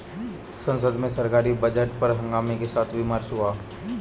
संसद में सरकारी बजट पर हंगामे के साथ विमर्श हुआ